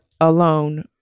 alone